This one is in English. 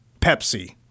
Pepsi